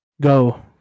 Go